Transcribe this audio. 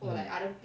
mm